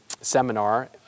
seminar